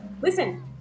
listen